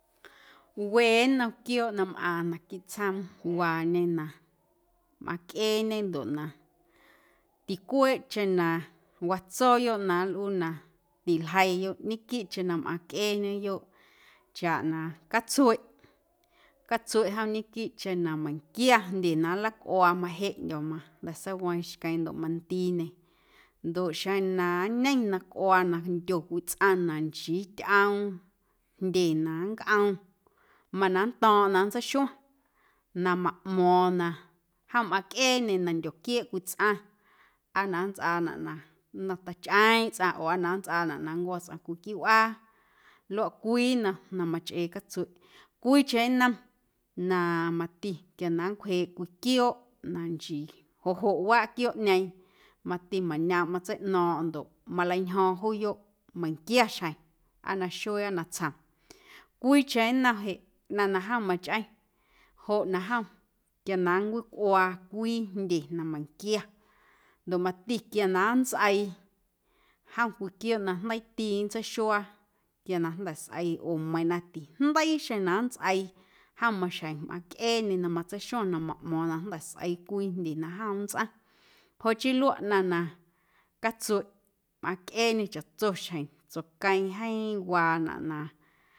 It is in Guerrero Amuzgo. We nnom quiooꞌ na mꞌaaⁿ naquiiꞌ tsjoom na mꞌaⁿcꞌeeñe ndoꞌ na ticueeꞌcheⁿ na watsooyoꞌ na nlꞌuu na tiljeiiyoꞌ ñequiiꞌcheⁿ na mꞌaⁿcꞌeeñeyoꞌ chaꞌ na catsueꞌ, catsueꞌ jom ñequiiꞌcheⁿ na meiⁿnquia jndye na nlacꞌuaa majeꞌndyo̱ majnda̱ seiweeⁿ xqueeⁿ ndoꞌ mandiiñe ndoꞌ xeⁿ na nneⁿ na cꞌuaa na ndyo cwii tsꞌaⁿ na nchii tyꞌoom jndye na nncꞌom mana nnto̱o̱ⁿꞌo̱ⁿ na nntseixuaⁿ na maꞌmo̱o̱ⁿ na jom mꞌaceeⁿñe na ndyoquieeꞌ cwii tsꞌaⁿ aa na nntsꞌaanaꞌ na tachꞌeeⁿꞌ tsꞌaⁿ oo aa na nntsꞌaanaꞌ na nncwo̱ tsꞌaⁿ cwii quiiꞌ wꞌaa luaꞌ cwii nnom na machꞌee catsueꞌ, cwiicheⁿ nnom na mati quia na nncwjeeꞌ cwii quiooꞌ na nchii joꞌ joꞌ waaꞌ quiooꞌñeeⁿ mati mañoomꞌ matseiꞌno̱o̱ⁿꞌo̱ⁿ ndoꞌ maleintyjo̱o̱ⁿ juuyoꞌ meiⁿnquia xjeⁿ aa naxuee aa natsjom, cwiicheⁿ nnom jeꞌ ꞌnaⁿ na jom machꞌeⁿ joꞌ na jom quia na nncwicꞌuaa cwii jndye na meiⁿnquia ndoꞌ mati quia na nntsꞌeii jom cwii quiooꞌ na jndeiiti nntseixuaa quia na jnda̱ sꞌeii oo meiiⁿ na tijndeii xeⁿ na nntsꞌeii jom maxjeⁿ mꞌaⁿcꞌeeñe na matseixuaⁿ na maꞌmo̱o̱ⁿ na jnda̱ sꞌeii cwii jndye na jom nntsꞌaⁿ joꞌ chii luaꞌ ꞌnaⁿ na catsueꞌ mꞌaⁿcꞌeeñe chaꞌtso xjeⁿ tsuaꞌqueeⁿ jeeⁿ waanaꞌ na.